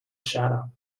shadow